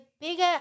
bigger